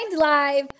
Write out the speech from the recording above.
live